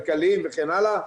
כלכליים וכן הלאה.